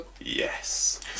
Yes